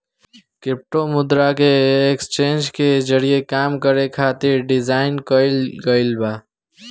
crypto मुद्रा के exchange के जरिए काम करे खातिर डिजाइन कईल गईल बा